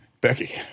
Becky